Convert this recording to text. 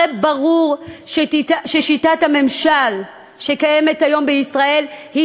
הרי ברור ששיטת הממשל שקיימת היום בישראל היא